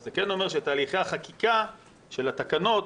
זה אומר שאת תהליכי החקיקה של התקנות,